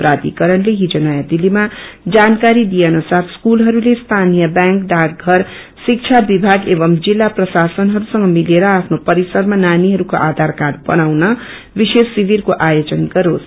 प्राषिकरणले हिजो नयाँ दिल्लीमा जानकारी दिए अनुसार स्कूलहरूले स्थानिय ब्यांक डाकषर शिक्षा विभाग एवमू जित्ला प्रशासनहरूसँग मिलेर आफ्नो परिसरमा नानीहरूको आधार कार्ड बनाउन विशेष शिविरको आयोजन गरोस